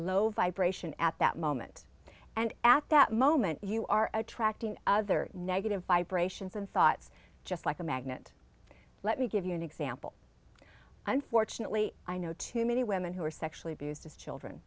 low vibration at that moment and at that moment you are attracting other negative vibrations and thoughts just like a magnet let me give you an example unfortunately i know too many women who were sexually abused as children